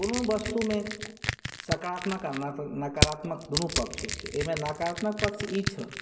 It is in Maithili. कोनो वस्तुमे सकारात्मक आ नकारात्मक दुनू पक्ष होइत छै एहिमे नकारात्मक पक्ष ई छल